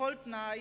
בכל תנאי,